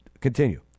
Continue